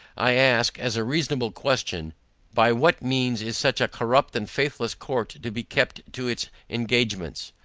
i ask, as a reasonable question by what means is such a corrupt and faithless court to be kept to its engagements?